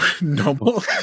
noble